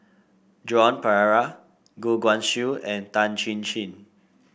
Joan Pereira Goh Guan Siew and Tan Chin Chin